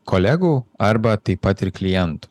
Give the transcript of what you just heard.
kolegų arba taip pat ir klientų